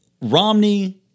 Romney